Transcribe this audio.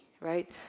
right